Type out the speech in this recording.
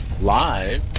live